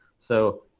so,